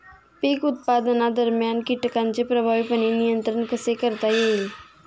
पीक उत्पादनादरम्यान कीटकांचे प्रभावीपणे नियंत्रण कसे करता येईल?